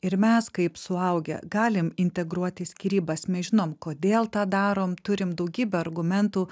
ir mes kaip suaugę galim integruoti į skyrybas mes žinom kodėl tą darom turim daugybę argumentų